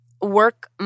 work